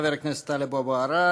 חבר הכנסת טלב אבו עראר,